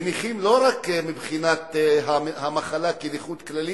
ונכים לא רק מבחינת המחלה כנכות כללית,